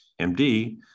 MD